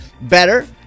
better